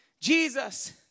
Jesus